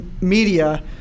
media